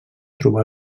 trobar